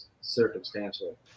circumstantial